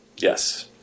Yes